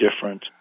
different